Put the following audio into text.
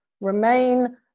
Remain